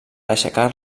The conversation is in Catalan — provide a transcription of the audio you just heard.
aixecar